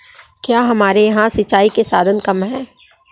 क्या हमारे यहाँ से सिंचाई के साधन कम है?